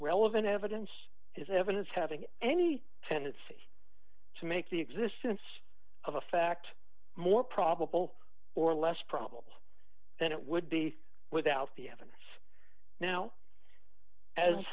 relevant evidence is evidence having any tendency to make the existence of a fact more probable or less probable than it would be without the having now as